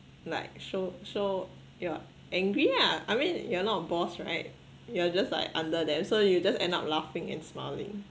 like show show you're angry lah I mean you're not a boss right you're just like under them so you just end up laughing and smiling